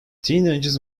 teenagers